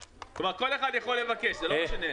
כלומר, כל אחד יכול לבקש זה לא משנה.